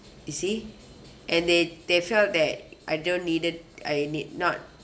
you see and they they felt that I don't needed I need not